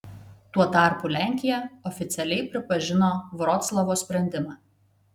tuo tarpu lenkija oficialiai pripažino vroclavo sprendimą